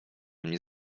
mnie